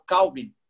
Calvin